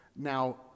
Now